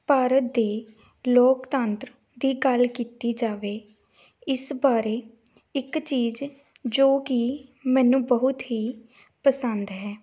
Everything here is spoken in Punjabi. ਭਾਰਤ ਦੇ ਲੋਕਤੰਤਰ ਦੀ ਗੱਲ ਕੀਤੀ ਜਾਵੇ ਇਸ ਬਾਰੇ ਇੱਕ ਚੀਜ਼ ਜੋ ਕਿ ਮੈਨੂੰ ਬਹੁਤ ਹੀ ਪਸੰਦ ਹੈ